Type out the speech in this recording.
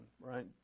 right